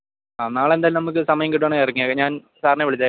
ആ നാളെ എന്തായാലും നമുക്ക് സമയം കിട്ടുകയാണെങ്കിൽ ഇറങ്ങിയേക്കാം ഞാൻ സാറിനെ വിളിച്ചേക്കാം